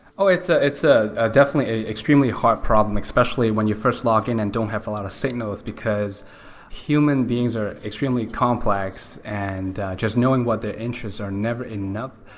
ah it's ah it's ah ah definitely an extremely hard problem, especially when you first log in and don't have a lot of signals, because human beings are extremely complex and just knowing what their interest are never enough.